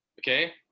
okay